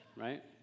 right